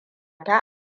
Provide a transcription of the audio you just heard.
ta